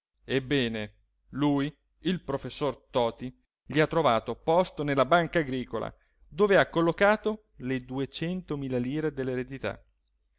ebbene lui il professor toti gli ha trovato posto nella banca agricola dove ha collocato le duecentomila lire dell'eredità